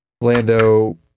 lando